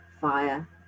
fire